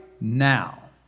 now